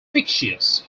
fictitious